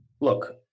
look